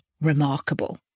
remarkable